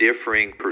differing